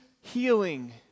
healing